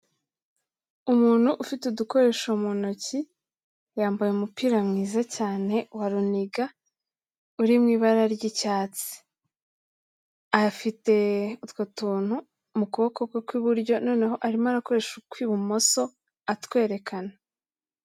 Umuntu ufite udukoresho mu ntoki, yambaye umupira mwiza cyane wa runiga uri mu ibara ry'icyatsi. Afite utwo tuntu mu kuboko kwe kw'iburyo noneho arimo arakoresha ukw'ibumoso atwerekana.